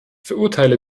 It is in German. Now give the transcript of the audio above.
verurteile